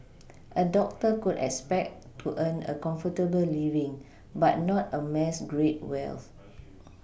a doctor could expect to earn a comfortable living but not amass great wealth